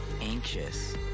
anxious